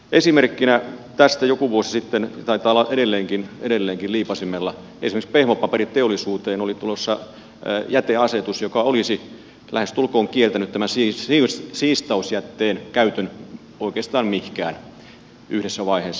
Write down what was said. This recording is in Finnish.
esimerkkinä tästä joku vuosi sitten taitaa olla edelleenkin liipaisimella pehmopaperiteollisuuteen oli tulossa jäteasetus joka olisi lähestulkoon kieltänyt tämän siistausjätteen käytön oikeastaan mihinkään yhdessä vaiheessa